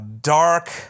dark